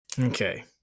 Okay